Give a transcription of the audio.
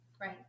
Right